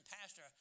pastor